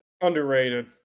underrated